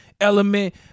element